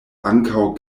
ankaŭ